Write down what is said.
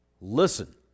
listen